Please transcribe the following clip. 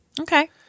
Okay